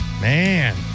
Man